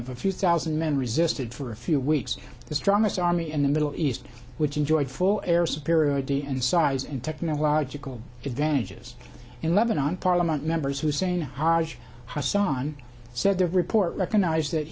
of a few thousand men resisted for a few weeks the strongest army in the middle east which enjoyed full air superiority and size and technological advantages in lebanon parliament members hussein haasan said the report recognized that